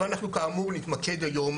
ואנחנו כאמור נתמקד היום